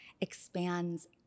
expands